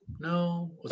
No